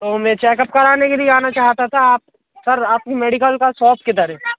तो मैं चेकअप कराने के लिए आना चाहता था आप सर आपके मेडिकल का सॉप किधर है